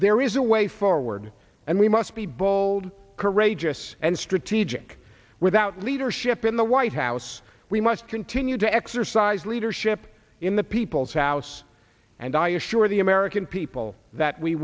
there is a way forward and we must be bold courageous and strategic without leadership in the white house we must continue to exercise leadership in the people's house and i assure the american people that we